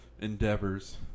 endeavors